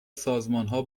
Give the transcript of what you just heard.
سازمانها